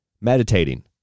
Meditating